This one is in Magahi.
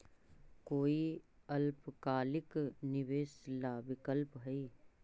कोई अल्पकालिक निवेश ला विकल्प हई?